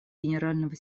генерального